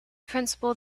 principle